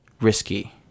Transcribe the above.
risky